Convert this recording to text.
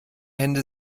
hände